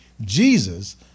Jesus